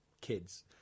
Kids